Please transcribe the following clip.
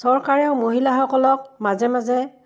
চৰকাৰেও মহিলাসকলক মাজে মাজে